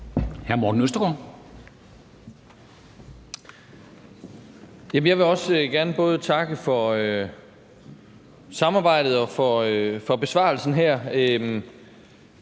Jeg vil også gerne både takke for samarbejdet og for besvarelsen her.